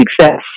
success